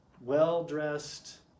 well-dressed